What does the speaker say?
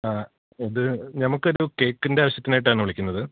ആ ഇത് നമുക്കൊരു കേക്കിന്റെ ആവശ്യത്തിനായിട്ടാണു വിളിക്കുന്നത്